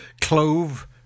Clove